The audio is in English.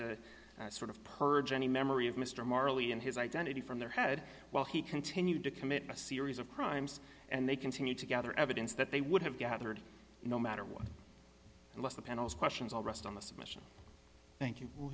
to sort of purge any memory of mr morley and his identity from their head while he continued to commit a series of crimes and they continued to gather evidence that they would have gathered no matter what unless the panels questions all rest on the submission thank you bill